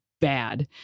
bad